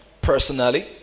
personally